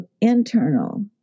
internal